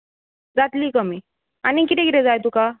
जातली कमी आनी कितें कितें जाय तुका